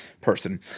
person